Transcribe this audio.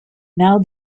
now